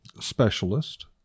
specialist